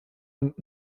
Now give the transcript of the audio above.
und